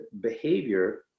behavior